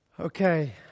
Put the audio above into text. Okay